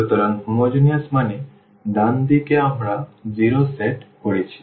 সুতরাং হোমোজেনিয়াস মানে ডান দিকে আমরা 0 সেট করেছি